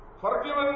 Forgiven